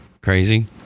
Crazy